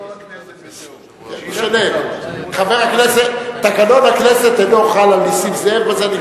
בואו נשנה את תקנון הכנסת וזהו-זה.